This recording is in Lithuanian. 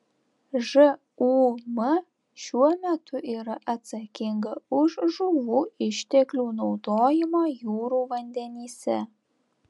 žūm šiuo metu yra atsakinga už žuvų išteklių naudojimą jūrų vandenyse